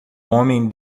homem